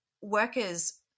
workers